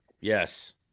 yes